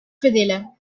fedele